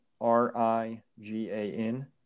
r-i-g-a-n